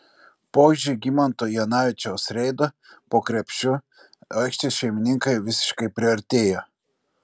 po žygimanto janavičiaus reido po krepšiu aikštės šeimininkai visiškai priartėjo